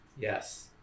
Yes